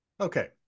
Okay